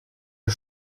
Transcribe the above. als